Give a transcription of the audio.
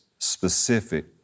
specific